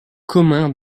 commun